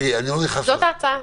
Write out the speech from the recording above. זאת ההצעה.